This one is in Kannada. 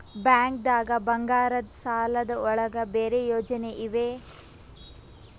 ಬ್ಯಾಂಕ್ದಾಗ ಬಂಗಾರದ್ ಸಾಲದ್ ಒಳಗ್ ಬೇರೆ ಯೋಜನೆ ಇವೆ?